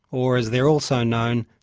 or as they're also known,